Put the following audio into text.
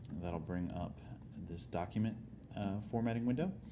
that'll bring up this document formatting window.